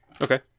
Okay